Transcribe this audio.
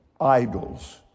idols